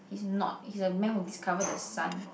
he's not he's a man who discovered the sun